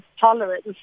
tolerance